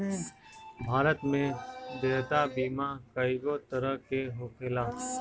भारत में देयता बीमा कइगो तरह के होखेला